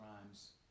crimes